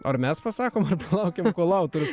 ar mes pasakom ar palaukiam kol autorius